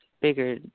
bigger